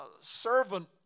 servant